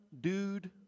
dude